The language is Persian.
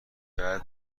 بعد